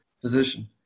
physician